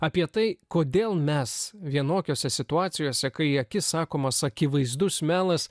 apie tai kodėl mes vienokiose situacijose kai į akis sakomas akivaizdus melas